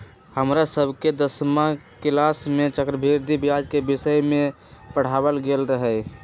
हमरा सभके दसमा किलास में चक्रवृद्धि ब्याज के विषय में पढ़ायल गेल रहै